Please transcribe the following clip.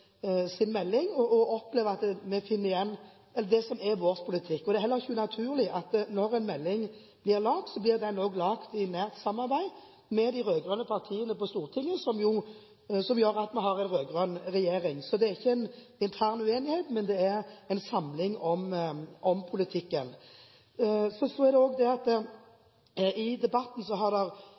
og opplever at vi finner igjen vår politikk. Når en melding blir laget, er det heller ikke unaturlig at den blir laget i nært samarbeid med de rød-grønne partiene på Stortinget, som gjør at vi har en rød-grønn regjering. Så det er ikke en intern uenighet, men det er en samling om politikken. I debatten er det flere som har nevnt, og bl.a. jeg i mitt eget innlegg, at det er bra at ulike miljøer i nord har